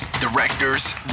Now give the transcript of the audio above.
directors